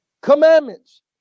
Commandments